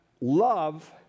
love